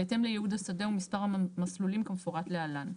בהתאם לייעוד השדה ומספר המסלולים כמפורט להלן: